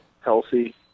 healthy